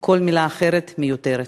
כל מילה אחרת מיותרת.